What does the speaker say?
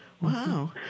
Wow